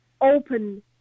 open